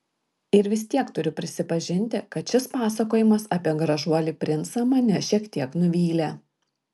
ir vis tiek turiu prisipažinti kad šis pasakojimas apie gražuolį princą mane šiek tiek nuvylė